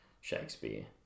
Shakespeare